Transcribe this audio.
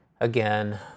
Again